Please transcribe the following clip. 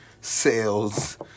sales